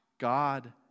God